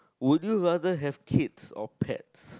would you rather have kids or pets